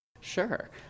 Sure